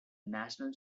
national